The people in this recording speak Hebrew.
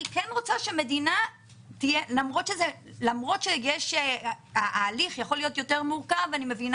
אני כן רוצה למרות שההליך יכול להיות יותר מורכב ואני מבינה